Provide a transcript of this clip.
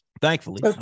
thankfully